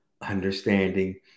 understanding